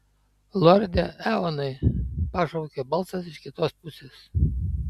lorde eonai pašaukė balsas iš kitos pusės